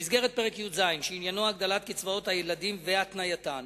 במסגרת פרק י"ז שעניינו הגדלת קצבאות הילדים והתנייתן,